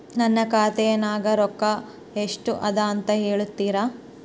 ನನ್ನ ಖಾತೆಯಾಗಿನ ರೊಕ್ಕ ಎಷ್ಟು ಅದಾ ಅಂತಾ ಹೇಳುತ್ತೇರಾ?